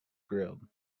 grilled